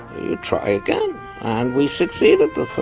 you try again and we succeed the